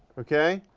okay?